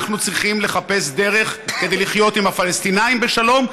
אנחנו צריכים לחפש דרך כדי לחיות עם הפלסטינים בשלום,